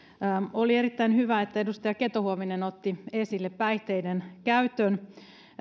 oli erittäin hyvä että edustaja keto huovinen otti esille päihteiden käytön